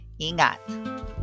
Ingat